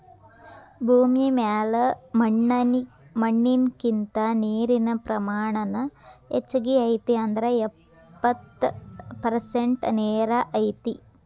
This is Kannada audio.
ಭೂಮಿ ಮ್ಯಾಲ ಮಣ್ಣಿನಕಿಂತ ನೇರಿನ ಪ್ರಮಾಣಾನ ಹೆಚಗಿ ಐತಿ ಅಂದ್ರ ಎಪ್ಪತ್ತ ಪರಸೆಂಟ ನೇರ ಐತಿ